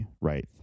right